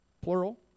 plural